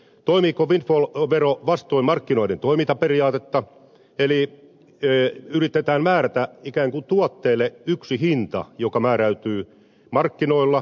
toimiiko windfall vero vastoin markkinoiden toimintaperiaatetta eli yritetään määrätä ikään kuin tuotteelle yksi hinta joka määräytyy markkinoilla